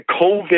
COVID